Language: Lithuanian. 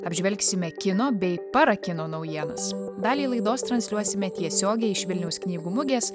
apžvelgsime kino bei para kino naujienas dalį laidos transliuosime tiesiogiai iš vilniaus knygų mugės